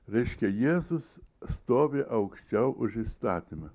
reiškia jėzus stovi aukščiau už įstatymą